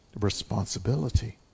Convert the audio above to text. responsibility